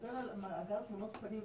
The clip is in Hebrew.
יש פה מגבלה על כוחות השיטור המקומיים.